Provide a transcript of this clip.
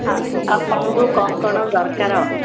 ଆପଣଙ୍କୁ କ'ଣ କ'ଣ ଦରକାର